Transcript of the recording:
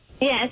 Yes